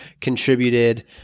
contributed